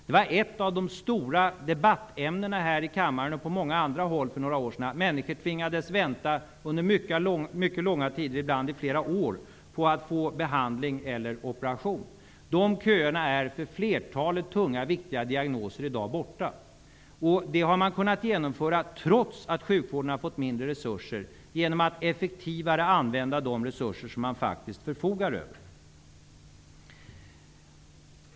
Det faktum att människor tvingades vänta under mycket långa tider, ibland under många år, på att få behandling eller operation var ett av de stora debattämnena här i kammaren och på många andra håll för några år sedan. De köerna är för flertalet tunga viktiga diagnoser i dag borta. Det har man kunnat genomföra, trots att sjukvården har fått mindre resurser, genom att effektivare använda de resurser man faktiskt förfogar över.